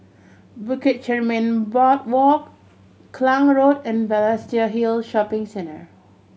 Bukit Chermin Boardwalk Klang Road and Balestier Hill Shopping Centre